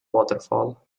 waterfall